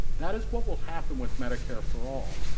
that is what will happen with medicare for all.